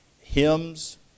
hymns